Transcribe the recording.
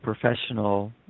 professional